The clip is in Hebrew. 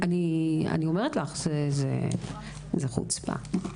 אני אומרת לך שזו חוצפה.